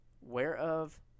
whereof